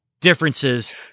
differences